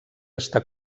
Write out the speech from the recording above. està